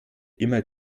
immer